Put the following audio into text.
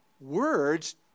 words